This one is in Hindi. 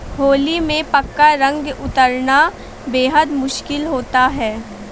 होली में पक्का रंग उतरना बेहद मुश्किल होता है